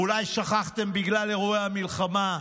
אולי שכחתם בגלל אירועי המלחמה,